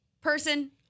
person